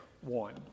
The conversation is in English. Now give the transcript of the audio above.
one